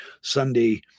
Sunday